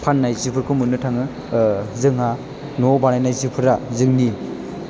फाननाय जिफोरखौ मोननो थाङो ओह जेंहा न'आव बानायनाय जिफोरा जोंनि